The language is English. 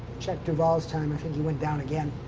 check duval's time. i think he went down again.